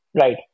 right